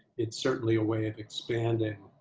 it's certainly a way of expanding,